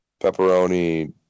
pepperoni